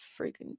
freaking